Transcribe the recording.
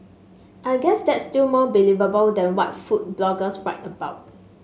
I guess that's still more believable than what food bloggers write about